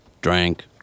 drank